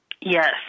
Yes